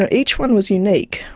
um each one was unique,